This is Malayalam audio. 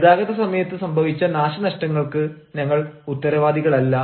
ഗതാഗത സമയത്ത് സംഭവിച്ച നാശനഷ്ടങ്ങൾക്ക് ഞങ്ങൾ ഉത്തരവാദികളല്ല